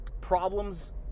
problems